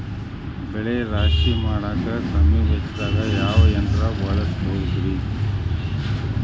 ಬೆಳೆ ರಾಶಿ ಮಾಡಾಕ ಕಮ್ಮಿ ವೆಚ್ಚದಾಗ ಯಾವ ಯಂತ್ರ ಬಳಸಬಹುದುರೇ?